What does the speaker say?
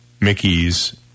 Mickey's